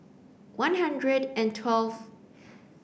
one hundred and twelfth